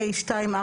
התשפ"ב-2021,